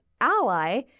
ally